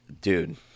Dude